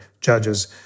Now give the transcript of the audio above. judges